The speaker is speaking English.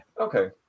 Okay